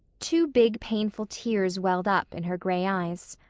two big, painful tears welled up in her gray eyes.